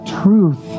truth